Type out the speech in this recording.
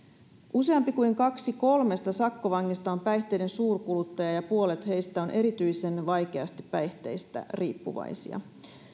useampi kuin kaksi kolmesta sakkovangista on päihteiden suurkuluttaja ja ja puolet heistä on erityisen vaikeasti päihteistä riippuvaisia